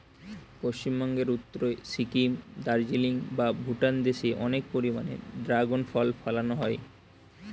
পশ্চিমবঙ্গের উত্তরে সিকিম, দার্জিলিং বা ভুটান দেশে অনেক পরিমাণে দ্রাগন ফল ফলানা হয়